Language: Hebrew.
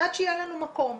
עד שיהיה לנו מקום.